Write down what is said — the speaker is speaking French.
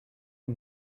ils